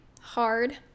hard